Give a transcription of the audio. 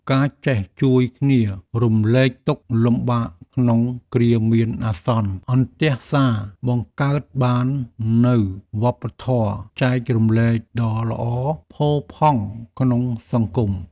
ការចេះជួយគ្នារំលែកទុក្ខលំបាកក្នុងគ្រាមានអាសន្នអន្ទះសារបង្កើតបាននូវវប្បធម៌ចែករំលែកដ៏ល្អផូរផង់ក្នុងសង្គម។